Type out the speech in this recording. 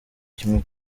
kimwe